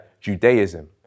Judaism